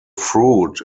fruit